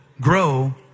grow